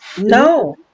No